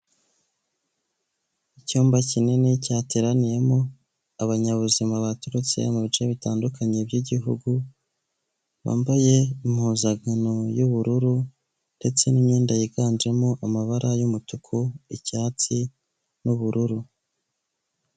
Icyumba kinini cyateraniyemo abanyabuzima baturutse mu bice bitandukanye by'igihugu bambaye impuzankano y'ubururu ndetse n'imyenda yiganjemo amabara y'umutuku, icyatsi n'ubururu.